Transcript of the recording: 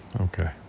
Okay